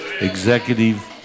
Executive